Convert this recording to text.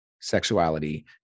sexuality